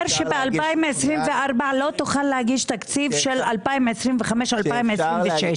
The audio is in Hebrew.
שב-2024 לא תוכל להגיש תקציב של 2025 ו-2026.